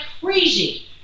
crazy